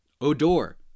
Odor